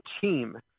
team